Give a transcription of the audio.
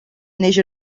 neix